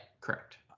correct